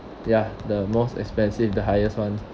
ya the most expensive the highest one